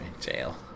jail